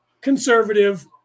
conservative